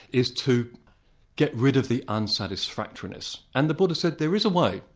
is to get rid of the unsatisfactoriness. and the buddha said there is a way.